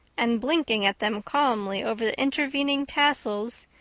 and blinking at them calmly over the intervening tassels,